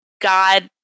God